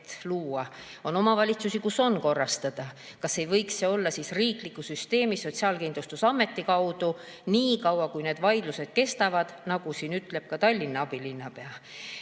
on omavalitsusi, kus on korrastada. Kas ei võiks see olla riikliku süsteemi, Sotsiaalkindlustusameti kaudu, niikaua kui need vaidlused kestavad, nagu ütleb ka Tallinna abilinnapea?